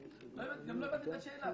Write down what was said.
לא, וגם לא הבנתי את השאלה.